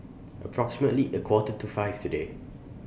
approximately A Quarter to five today